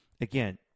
again